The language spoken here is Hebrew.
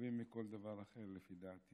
חשובים יותר מכל דבר אחר, לדעתי.